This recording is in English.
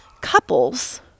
couples